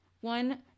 One